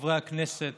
לחברי הכנסת